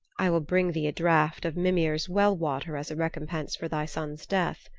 i will bring thee a draught of mimir's well water as a recompense for thy son's death.